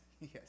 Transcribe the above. yes